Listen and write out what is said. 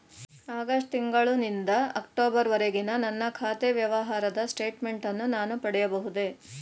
August ತಿಂಗಳು ನಿಂದ October ವರೆಗಿನ ನನ್ನ ಖಾತೆ ವ್ಯವಹಾರದ ಸ್ಟೇಟ್ಮೆಂಟನ್ನು ನಾನು ಪಡೆಯಬಹುದೇ?